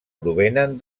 provenen